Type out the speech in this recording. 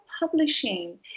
publishing